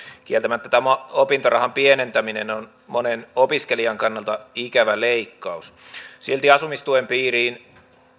kieltämättä tämä opintorahan pienentäminen on monen opiskelijan kannalta ikävä leikkaus silti asumistuen piiriin